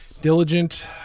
diligent